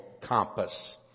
compass